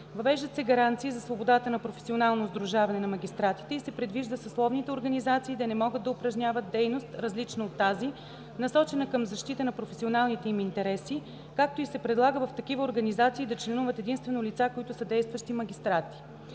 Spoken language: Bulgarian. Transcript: Въвеждат се гаранции за свободата на професионално сдружаване на магистратите и се предвижда съсловните организации да не могат да упражняват дейност, различна от тази, насочена към защитата на професионалните им интереси, както и се предлага в такива организации да членуват единствено лица, които са действащи магистрати.